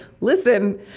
listen